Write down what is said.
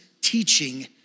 teaching